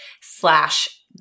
slash